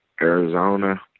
Arizona